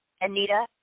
anita